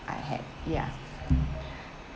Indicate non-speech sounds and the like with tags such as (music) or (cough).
I had ya (breath)